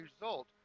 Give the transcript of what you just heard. result